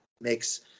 makes